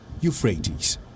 Euphrates